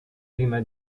prima